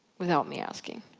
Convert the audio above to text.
without me asking.